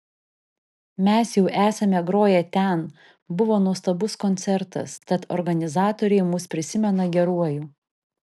mes jau esame groję ten buvo nuostabus koncertas tad organizatoriai mus prisimena geruoju